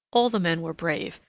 all the men were brave,